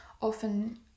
often